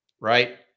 right